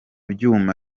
byuma